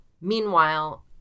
Meanwhile